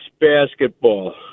basketball